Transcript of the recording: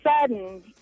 sudden